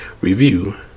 review